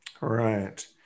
right